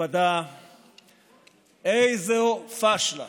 איזו פשלה